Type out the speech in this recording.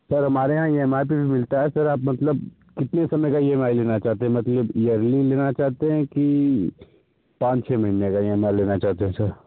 sir हमारे यहाँ E M I पे भी मिलता है सर आप मतलब कितने समय का ई एम आई लेना चाहते हैं मतलब ये अभी लेना चाहते हैं कि पाँच छे महीने का ई एम आई लेना चाहते हें सर